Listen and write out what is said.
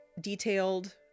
detailed